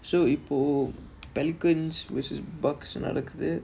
so இப்போ:ippo pelicans versus bux நடக்குது:nadakkuthu